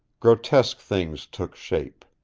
grotesque things took shape.